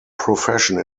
profession